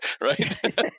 right